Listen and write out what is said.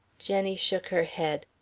jenny shook her head.